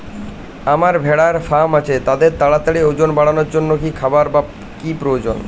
আমার ভেড়ার ফার্ম আছে তাদের তাড়াতাড়ি ওজন বাড়ানোর জন্য কী খাবার বা কী প্রয়োজন?